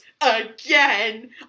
again